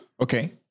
Okay